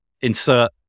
insert